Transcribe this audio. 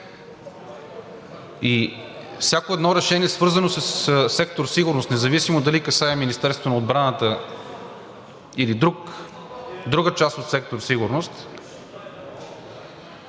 и всяко едно решение, свързано със сектор „Сигурност“, независимо дали касае Министерството на отбраната, или друга част от сектор „Сигурност“,